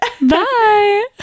Bye